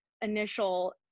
initial